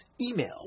Email